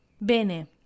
Bene